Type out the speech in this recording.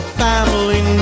family